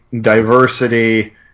diversity